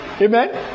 Amen